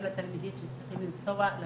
גם לתלמידים שצריכים לנסוע למרכז,